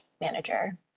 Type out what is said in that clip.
manager